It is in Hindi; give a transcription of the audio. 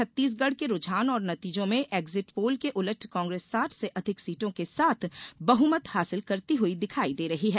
छत्तीसगढ़ के रुझान और नतीजों में एक्जिट पोल के उलट कांग्रेस साठ से अधिक सीटों के साथ बहुमत हासिल करती हुई दिखाई दे रही है